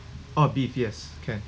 ah beef yes can